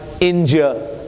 injure